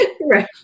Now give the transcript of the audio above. right